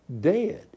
dead